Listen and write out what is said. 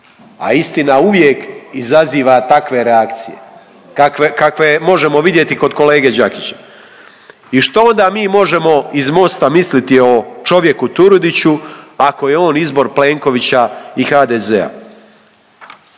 a istina uvijek izaziva takve reakcije kakve možemo vidjeti kod kolege Đakića. I što onda mi možemo iz Mosta misliti o čovjeku Turudiću ako je on izbor Plenkovića i HDZ-a?